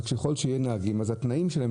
ככל שיהיו נהגים אז התנאים שלהם,